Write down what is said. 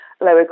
lower